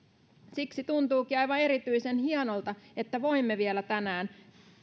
siksi tuntuukin aivan erityisen hienolta että voimme vielä tänään